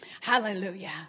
Hallelujah